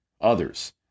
others